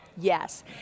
Yes